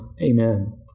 Amen